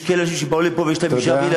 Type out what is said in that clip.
יש כאלה שבאו לפה, תודה.